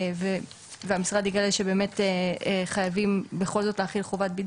בידוד וחובת עטיית מסכה הן הגבלות שעדיין יש להן משמעות על כולם.